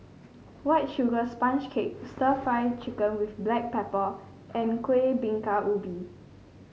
White Sugar Sponge Cake stir Fry Chicken with Black Pepper and Kuih Bingka Ubi